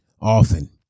Often